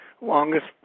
longest